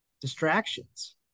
distractions